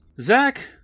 Zach